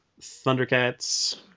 Thundercats